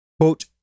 quote